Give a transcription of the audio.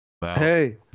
Hey